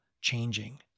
changing